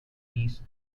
east